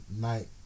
Night